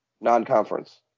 non-conference